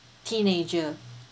teenager